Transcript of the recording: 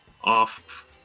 off